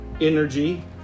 energy